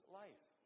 life